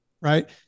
right